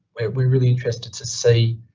we're really interested to see,